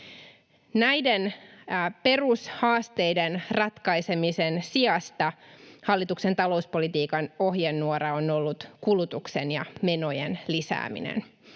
Näiden perushaasteiden ratkaisemisen sijasta hallituksen talouspolitiikan ohjenuora on ollut kulutuksen ja menojen lisääminen.